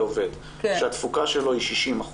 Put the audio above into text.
אם עכשיו את צריכה לשלם משכורת לעובד שהתפוקה שלו היא 60 אחוזים,